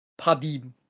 Padim